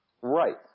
Right